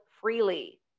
freely